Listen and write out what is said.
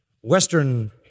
western